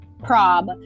prob